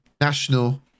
national